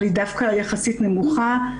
אבל היא דווקא יחסית נמוכה,